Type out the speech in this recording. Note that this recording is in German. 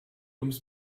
ums